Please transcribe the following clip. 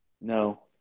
No